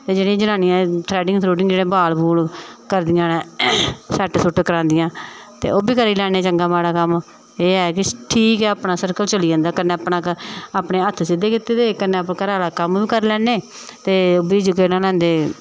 ते जेह्ड़ियां जनानियां एह् थ्रैडिंग थ्रुडिंग जेह्ड़ा बाल बूल करदियां न सैट्ट सुट्ट करांदियां ते ओह् बी करी लैन्नी चंगा माड़ा कम्म ते एह् ऐ कि ठीक ऐ अपना सर्कल चली जंदा कन्नै अपना अपने हत्थ सिद्धे कीते दे ते कन्नै घरा दा कम्म बी करी लैन्ने ते ओह् बी केह् नांऽ लैंदे